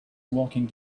walking